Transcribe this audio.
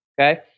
Okay